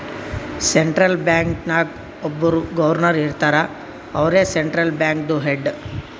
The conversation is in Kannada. ಸೆಂಟ್ರಲ್ ಬ್ಯಾಂಕ್ ನಾಗ್ ಒಬ್ಬುರ್ ಗೌರ್ನರ್ ಇರ್ತಾರ ಅವ್ರೇ ಸೆಂಟ್ರಲ್ ಬ್ಯಾಂಕ್ದು ಹೆಡ್